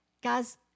Guys